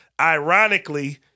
Ironically